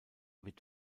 wird